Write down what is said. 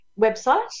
website